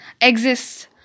exists